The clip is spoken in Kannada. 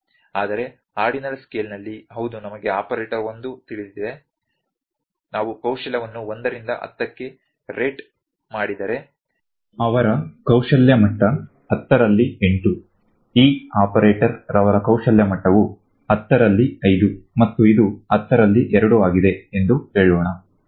ಆದರೆ ಆರ್ಡಿನಲ್ ಸ್ಕೇಲ್ನಲ್ಲಿ ಹೌದು ನಮಗೆ ಆಪರೇಟರ್ 1 ತಿಳಿದಿದೆ ನಾನು ಕೌಶಲ್ಯವನ್ನು 1 ರಿಂದ 10 ಕ್ಕೆ ರೇಟ್ ಮಾಡಿದರೆ ಅವರ ಕೌಶಲ್ಯ ಮಟ್ಟ 10 ರಲ್ಲಿ 8 ಈ ಆಪರೇಟರ್ ರವರ ಕೌಶಲ್ಯ ಮಟ್ಟವು 10 ರಲ್ಲಿ 5 ಮತ್ತು ಇದು 10 ರಲ್ಲಿ 2 ಆಗಿದೆ ಎಂದು ಹೇಳೋಣ